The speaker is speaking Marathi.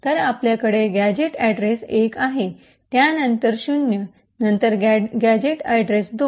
तर आपल्याकडे गॅझेट अड्रेस १ आहे त्यानंतर ० नंतर गॅझेट अड्रेस २